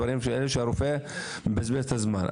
כדי שהרופא לא יבזבז את הזמן.